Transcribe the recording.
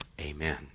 Amen